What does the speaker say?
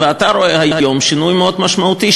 ואתה רואה היום שינוי מאוד משמעותי,